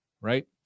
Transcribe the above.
right